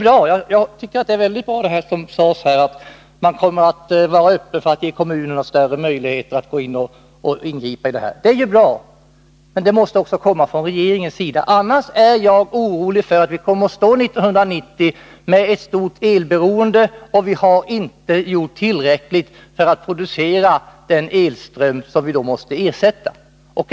Det som sades här om att man kommer att vara öppen för att ge kommunerna större möjligheter till att ingripa tycker jag är mycket bra. Men det måste också komma från regeringens sida. Annars är jag orolig för att vi 1990 kommer att stå med ett stort elberoende utan att ha gjort tillräckligt för att producera den elström som då måste ersättas.